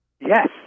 Yes